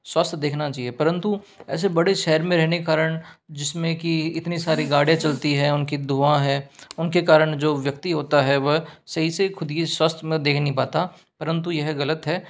स्वास्थ्य देखना चाहिए परन्तु ऐसे बड़े शहर में रहने कारण जिसमें की इतनी सारी गाडियाँ चलती हैं उनकी धुआं है उनके कारण जो व्यक्ति होता है वह सही से खुद ये स्वास्थ्य में देख नही पता परंतु यह गलत है